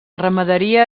ramaderia